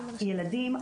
הילדים,